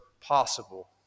possible